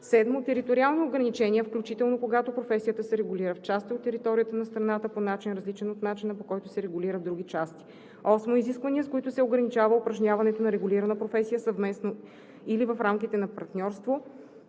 7. териториални ограничения, включително когато професията се регулира в части от територията на страната по начин, различен от начина, по който се регулира в други части; 8. изисквания, с които се ограничава упражняването на регулирана професия съвместно или в рамките на партньорство,